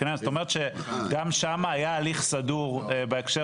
זאת אומרת שגם שם היה הליך סדור בהקשר